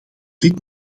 dit